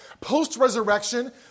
Post-resurrection